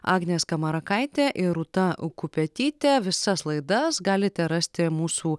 agnė skamarakaitė ir rūta kupetytė visas laidas galite rasti mūsų